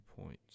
points